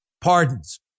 pardons